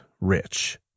rich